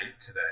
today